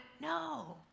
No